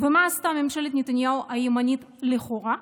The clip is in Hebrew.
ומה עשתה ממשלת נתניהו הימנית לכאורה?